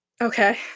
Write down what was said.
Okay